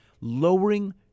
lowering